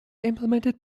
implemented